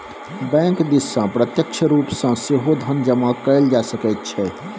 bank दिससँ प्रत्यक्ष रूप सँ सेहो धन जमा कएल जा सकैत छै